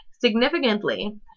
Significantly